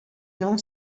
non